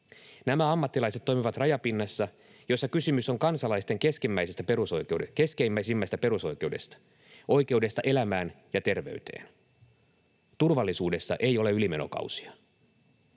Nämä ammattilaiset toimivat rajapinnassa, jossa kysymys on kansalaisten keskeisimmästä perusoikeudesta, oikeudesta elämään ja terveyteen. Turvallisuudessa ei ole ylimenokausia.